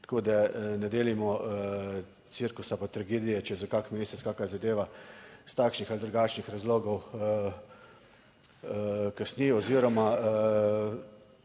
Tako da ne delimo cirkusa, pa tragedije čez kak mesec kakšna zadeva iz takšnih ali drugačnih razlogov kasni oziroma